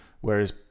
whereas